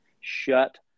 shut